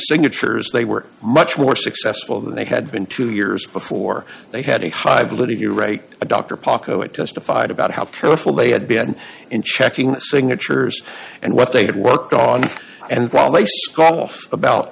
signatures they were much more successful than they had been two years before they had a high but if you write a dr pocket testified about how careful they had been in checking signatures and what they had worked on and while they scoff about